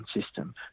system